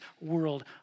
world